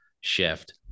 shift